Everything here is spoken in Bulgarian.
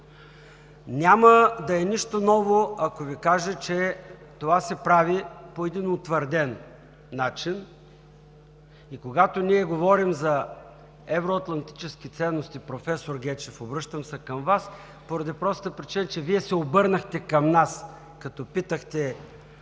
Няма да е нищо ново, ако Ви кажа, че това се прави по един утвърден начин и когато ние говорим за евроатлантически ценности – професор Гечев, обръщам се към Вас поради простата причина, че Вие се обърнахте към нас, като питахте: